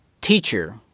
teacher